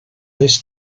this